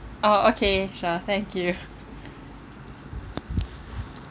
oh okay sure thank you